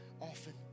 often